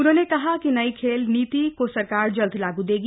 उन्होंने कहा कि नई खेल नीति को सरकार जल्द लागू कर देगी